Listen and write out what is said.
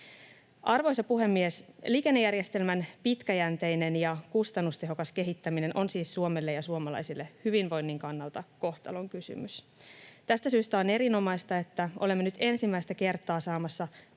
Arvoisa puhemies! Liikennejärjestelmän pitkäjänteinen ja kustannustehokas kehittäminen on siis Suomelle ja suomalaisille hyvinvoinnin kannalta kohtalonkysymys. Tästä syystä on erinomaista, että olemme nyt ensimmäistä kertaa saamassa